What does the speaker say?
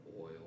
oil